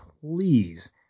please